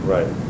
Right